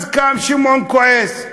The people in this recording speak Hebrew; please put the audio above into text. אז קם שמעון כועס.